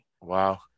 Wow